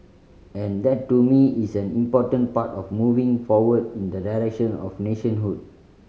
and that to me is an important part of moving forward in the direction of nationhood